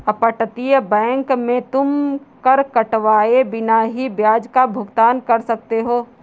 अपतटीय बैंक में तुम कर कटवाए बिना ही ब्याज का भुगतान कर सकते हो